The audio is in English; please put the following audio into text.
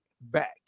back